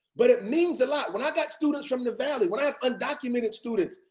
but it means a lot. when i've got students from the valley, when i have undocumented students,